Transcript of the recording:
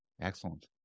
Excellent